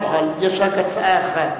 יש רק הצעה אחת.